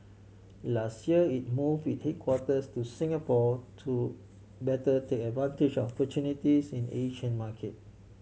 last year it move it headquarters to Singapore to better take advantage of opportunities in Asian market